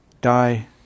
die